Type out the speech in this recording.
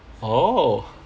oh